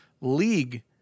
league